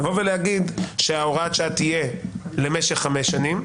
לבוא ולהגיד שהוראת השעה תהיה למשך חמש שנים,